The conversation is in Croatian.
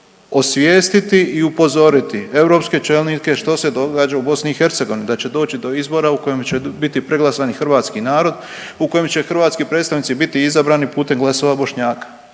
osvijestiti i upozoriti europske čelnike što se događa u BiH da će doći do izbora u kojima će biti preglasan hrvatski narod, u kojem će hrvatski predstavnici biti izabrani putem glasova Bošnjaka.